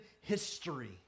history